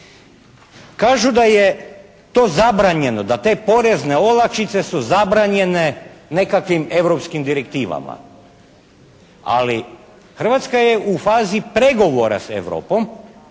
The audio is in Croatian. Kažu da je to zabranjeno, da te porezne olakšice su zabranjene nekakvim europskim direktivama. Ali, Hrvatska je u fazi pregovora sa Europom,